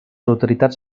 autoritats